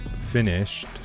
finished